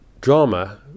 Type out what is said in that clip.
drama